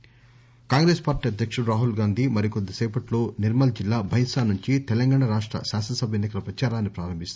Rahul Congress party అధ్యకుడు రాహుల్ గాంధీ మరికొద్దిసేపట్లో నిర్మల్ జిల్లా బైంసా నుంచి తెలంగాణ రాష్ట శాసన సభ ఎన్ని కల ప్రదారాన్ని ప్రారంభిస్తారు